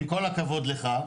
עם כל הכבוד לך,